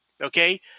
okay